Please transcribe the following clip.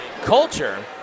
Culture